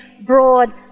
broad